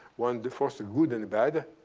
one and force good and bad,